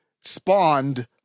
spawned